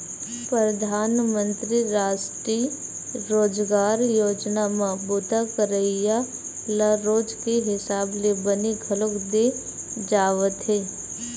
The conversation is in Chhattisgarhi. परधानमंतरी रास्टीय रोजगार योजना म बूता करइया ल रोज के हिसाब ले बनी घलोक दे जावथे